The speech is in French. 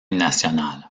national